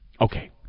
Okay